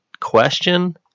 question